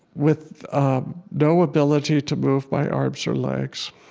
with no ability to move my arms or legs,